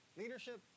leadership